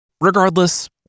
Regardless